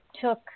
took